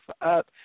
up